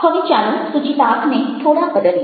હવે ચાલો સૂચિતાર્થને થોડા બદલીએ